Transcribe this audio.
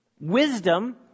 Wisdom